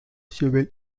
civil